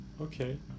okay